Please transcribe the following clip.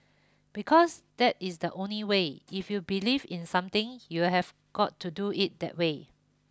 because that is the only way if you believe in something you'll have got to do it that way